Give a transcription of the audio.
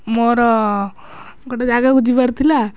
ମୋର ଗୋଟେ ଜାଗାକୁ ଯିବାର ଥିଲା